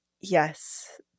yes